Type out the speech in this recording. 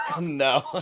No